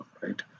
right